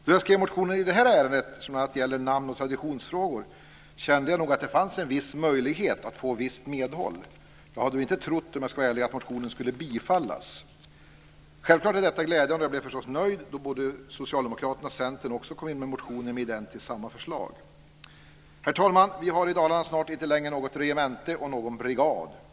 Då jag skrev motionen i detta ärende, som bl.a. gäller namn och traditionsfrågor, kände jag nog att det fanns en viss möjlighet att få ett visst medhåll. Jag hade dock inte trott - om jag ska vara ärlig - att motionen skulle tillstyrkas. Självklart är detta glädjande, och jag blev förstås nöjd då både socialdemokraterna och Centern väckte motioner med identiskt samma förslag. Herr talman! Vi har i Dalarna snart inte längre något regemente och någon brigad.